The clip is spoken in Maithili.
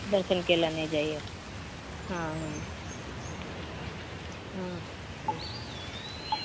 दर्शनके लऽ लेने जाइया हँ हँ हँ ठीक